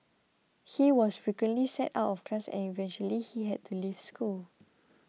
he was frequently sent out of class and eventually he had to leave school